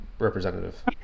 Representative